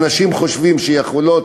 אנשים חושבים שיכולה